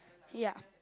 ya